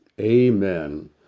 Amen